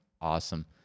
Awesome